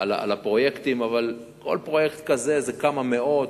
אבל כל פרויקט כזה זה כמה מאות,